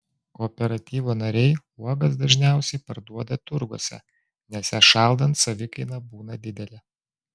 kooperatyvo nariai uogas dažniausiai parduoda turguose nes jas šaldant savikaina būna didelė